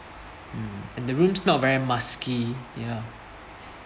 mm and the room's very musky ya